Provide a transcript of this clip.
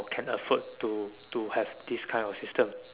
can afford to to have this kind of system